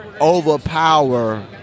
overpower